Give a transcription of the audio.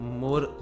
more